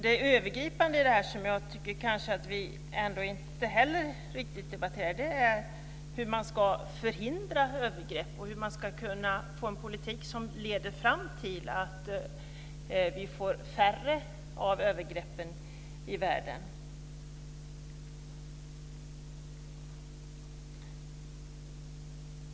Det övergripande, som jag heller inte tycker att vi riktigt debatterar, är hur man ska förhindra övergrepp och hur man ska kunna få en politik som leder fram till att vi får färre övergrepp i världen.